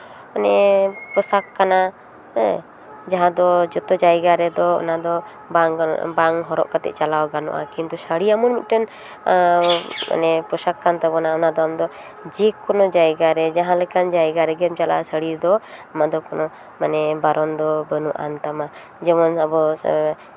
ᱯᱳᱥᱟᱠ ᱠᱟᱱᱟ ᱡᱟᱦᱟᱸ ᱫᱚ ᱡᱚᱛᱚ ᱡᱟᱭᱜᱟ ᱨᱮᱫᱚ ᱚᱱᱟ ᱫᱚ ᱵᱟᱝ ᱜᱟᱱᱚᱜᱼᱟ ᱵᱟᱝ ᱦᱚᱨᱚᱜ ᱠᱟᱛᱮᱜ ᱪᱟᱞᱟᱣ ᱜᱟᱱᱚᱜᱼᱟ ᱠᱤᱱᱛᱩ ᱥᱟᱹᱲᱤ ᱮᱢᱚᱱ ᱢᱤᱫᱴᱮᱱ ᱯᱳᱥᱟᱠ ᱠᱟᱱ ᱛᱟᱵᱳᱱᱟ ᱚᱱᱟ ᱫᱚ ᱟᱢᱫᱚ ᱡᱮᱠᱳᱱᱳ ᱡᱟᱭᱜᱟ ᱨᱮ ᱡᱟᱦᱟᱸ ᱞᱮᱠᱟᱱ ᱡᱟᱭᱜᱟ ᱨᱮᱜᱮᱢ ᱪᱟᱞᱟᱜᱼᱟ ᱥᱟᱹᱲᱤ ᱫᱚ ᱟᱢᱟᱜ ᱫᱚ ᱠᱳᱱᱳ ᱢᱟᱱᱮ ᱵᱟᱨᱚᱱ ᱫᱚ ᱵᱟᱹᱱᱩᱜ ᱟᱱ ᱛᱟᱢᱟ ᱡᱮᱢᱚᱱ ᱟᱵᱚ